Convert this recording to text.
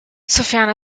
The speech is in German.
sofern